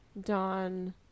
Dawn